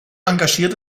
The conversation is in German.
engagierte